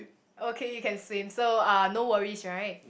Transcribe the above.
okay you can swim so uh no worries right